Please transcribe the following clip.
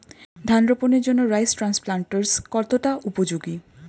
ধান রোপণের জন্য রাইস ট্রান্সপ্লান্টারস্ কতটা উপযোগী?